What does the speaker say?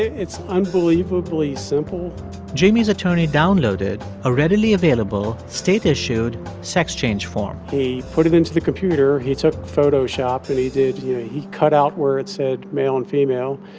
it's unbelievably simple jamie's attorney downloaded a readily available, state-issued sex change form he put it into the computer. he took photoshop. and he did you know, he cut out where it said male and female,